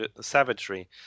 savagery